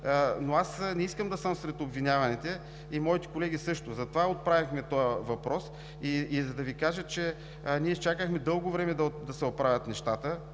но аз не искам да съм сред обвиняваните, и моите колеги също. Затова отправихме този въпрос и за да Ви кажа, че ние изчакахме дълго време да се оправят нещата,